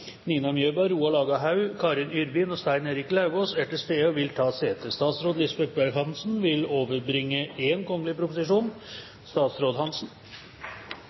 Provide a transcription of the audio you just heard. Nina Mjøberg, Roald Aga Haug, Karin Yrvin og Stein Erik Lauvås er til stede og vil ta sete. Representanten Arne Sortevik vil